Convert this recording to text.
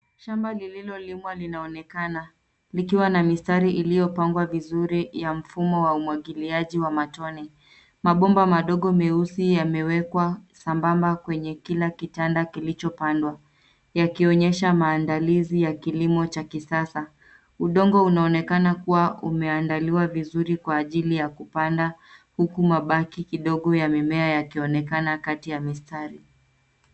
Shamba lililolimwa linaonekana likiwa na mistari iliyopangwa vizuri ya mfumo wa umwagiliaji wa matone. Mabomba madogo meusi yamewekwa sambamba kwenye kila kitanda kilichopandwa, yakionyesha maandalizi ya kilimo cha kisasa. Udongo unaonekana kuwa umeandaliwa vizuri kwa ajili ya kupanda huku mabaki kidogo ya mimea yakionekana kati ya mistari.